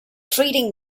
treating